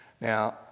Now